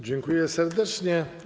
Dziękuję serdecznie.